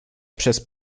przez